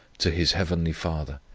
to his heavenly father,